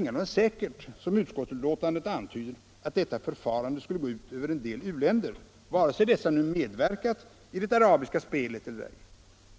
ingalunda säkert, som utskottsbetänkandet antyder, att detta förfarande skulle gå ut över en del u-länder vare sig dessa nu medverkat i det arabiska spelet eller ej.